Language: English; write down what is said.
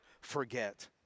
forget